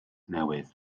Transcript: newydd